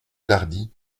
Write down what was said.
tardy